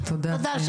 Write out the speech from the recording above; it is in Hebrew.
תודה.